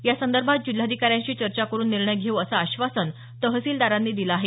यासंदर्भात जिल्हाधिकाऱ्यांशी चर्चा करून निर्णय घेऊ असं आश्वासन तहसीलदारांनी दिलं आहे